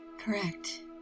Correct